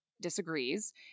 disagrees